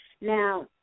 Now